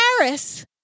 Paris-